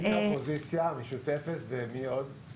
4 ההצעה להקים ועדת משנה לשימור המורשת ותרבות העלייה מקום המדינה